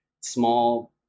small